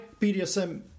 BDSM